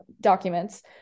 documents